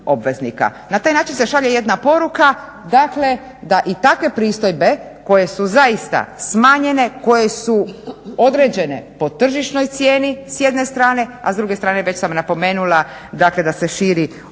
Na taj način se šalje jedna poruka, dakle da i takve pristoje koje su zaista smanjene, koje su određene po tržišnoj cijeni s jedne strane, a s druge strane već sam napomenula, dakle da se širi ova